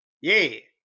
Yay